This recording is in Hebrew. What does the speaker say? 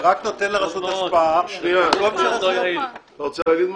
זה רק נותן לרשות השפעה --- אז יהיה 13 מה יכול להיות.